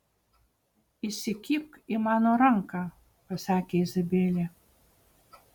įsikibk į mano ranką pasakė izabelė